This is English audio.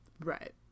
Right